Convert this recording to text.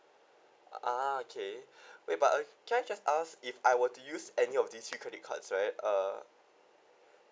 ah okay wait but okay can I just ask if I were to use any of these three credit cards right uh